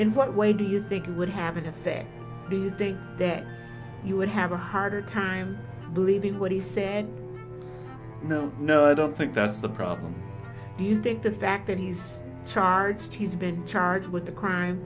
in what way do you think it would happen if the do you think there you would have a harder time believing what he said no no i don't think that's the problem do you think the fact that he's charged he's been charged with the crime